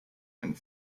and